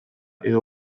edo